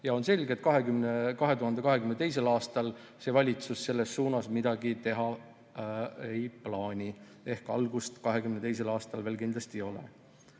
On selge, et 2022. aastal see valitsus selles suunas midagi teha ei plaani. Algust 2022. aastal veel kindlasti ei ole.